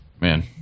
man